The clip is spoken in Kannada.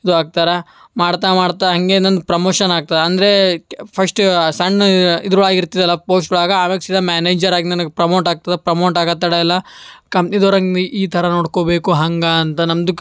ಇದು ಆಗ್ತಾರೆ ಮಾಡ್ತಾ ಮಾಡ್ತಾ ಹಾಗೆ ನನ್ನ ಪ್ರಮೋಷನ್ ಆಗ್ತಾ ಅಂದ್ರೆ ಕೆ ಫಸ್ಟು ಸಣ್ಣ ಇದ್ರೊಳಗೆ ಇರ್ತದಲ್ಲ ಪೋಸ್ಟೊಳಗೆ ಆಮ್ಯಾಲ್ ಸೀದಾ ಮ್ಯಾನೇಜರಾಗಿ ನನಗೆ ಪ್ರಮೋಟ್ ಆಗ್ತದೆ ಪ್ರಮೋಟ್ ಆಗೋದ್ ತಡ ಇಲ್ಲ ಕಂಪ್ನಿದವ್ರು ಹಂಗ್ ಈ ಈ ಥರ ನೋಡ್ಕೋಬೇಕು ಹಂಗೆ ಅಂತ ನಮ್ದು